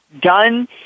done